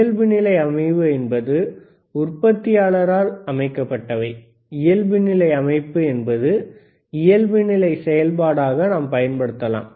இயல்புநிலை அமைவு என்பது உற்பத்தியாளரால் அமைக்கப்பட்டவை இயல்புநிலை அமைப்பு என்பதை இயல்புநிலை செயல்பாடாக நாம் பயன்படுத்தலாம்